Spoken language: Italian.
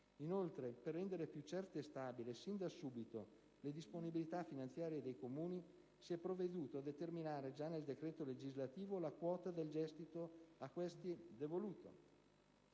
Inoltre, per rendere più certe e stabili sin da subito le disponibilità finanziarie dei Comuni, si è provveduto a determinare già nel decreto legislativo la quota del gettito a questi devoluta,